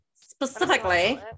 Specifically